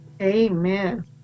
Amen